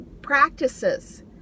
practices